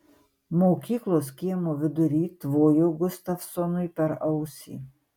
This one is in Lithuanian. mokyklos kiemo vidury tvojo gustavsonui per ausį